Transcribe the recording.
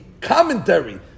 commentary